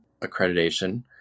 accreditation